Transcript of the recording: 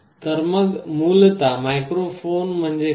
तर मग मूलत मायक्रोफोन म्हणजे काय